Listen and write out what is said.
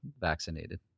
vaccinated